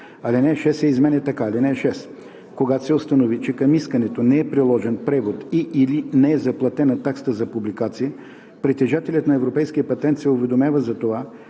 Алинея 6 се изменя така: „(6) Когато се установи, че към искането не е приложен превод и/или не е заплатена таксата за публикация, притежателят на европейския патент се уведомява за това,